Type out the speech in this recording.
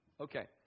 Okay